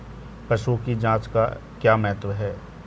पशुओं की जांच का क्या महत्व है?